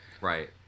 right